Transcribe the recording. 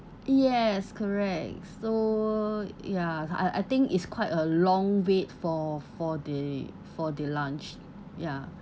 yes correct so ya I I think it's quite a long wait for for the for the lunch ya